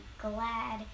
glad